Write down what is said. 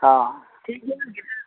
ᱦᱚᱸ ᱴᱷᱤᱠ ᱜᱮᱭᱟ ᱤᱱᱟᱹ ᱜᱮ